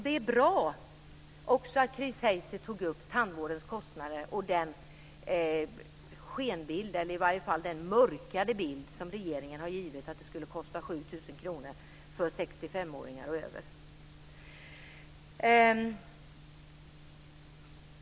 Det är bra att Chris Heister tog upp tandvårdens kostnader och den skenbild eller i varje fall den mörkare bild som regeringen har givit att det skulle kosta 7 000 kr för dem som är 65 år och över.